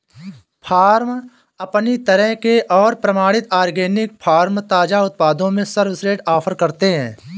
farm अपनी तरह के और प्रमाणित ऑर्गेनिक फ़ार्म ताज़ा उत्पादों में सर्वश्रेष्ठ ऑफ़र करते है